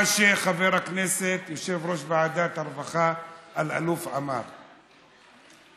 מה שחבר הכנסת יושב-ראש ועדת הרווחה אלאלוף אמר בקול,